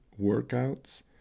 workouts